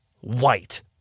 white